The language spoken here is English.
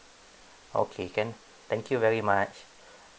okay can thank you very much